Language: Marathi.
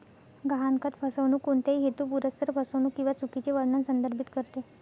गहाणखत फसवणूक कोणत्याही हेतुपुरस्सर फसवणूक किंवा चुकीचे वर्णन संदर्भित करते